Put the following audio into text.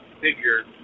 figure